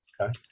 Okay